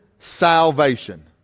Salvation